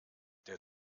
der